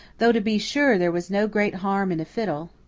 though, to be sure, there was no great harm in a fiddle,